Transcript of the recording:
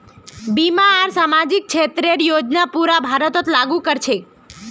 बीमा आर सामाजिक क्षेतरेर योजना पूरा भारतत लागू क र छेक